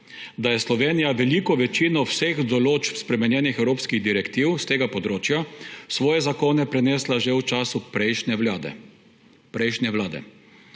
da je Slovenija veliko večino vseh določb spremenjenih evropskih direktiv s tega področja v svoje zakone prenesla že v času prejšnje vlade.